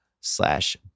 slash